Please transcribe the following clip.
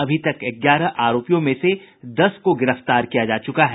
अभी तक ग्यारह आरोपियों में से दस को गिरफ्तार किया जा चुका है